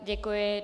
Děkuji.